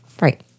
right